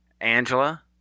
Angela